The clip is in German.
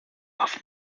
auf